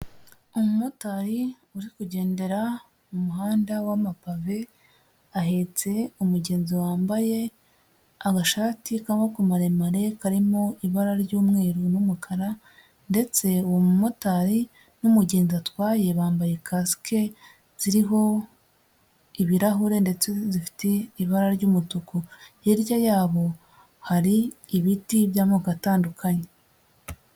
Umumotari uri kugendera mu muhanda w'amapave ahetse umugenzi wambaye agashati k'amaboko maremare karimo ibara ry'umweru n'umukara ndetse uwo mumotari n'umugenzi atwaye bambaye kasike ziriho ibirahure ndetse zifite ibara ry'umutuku, hirya yabo hari ibiti by'amoko atandukanye.